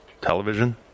television